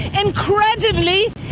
Incredibly